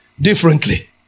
differently